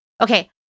Okay